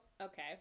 okay